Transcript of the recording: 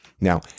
Now